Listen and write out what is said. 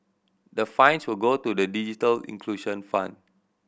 the fines will go to the digital inclusion fund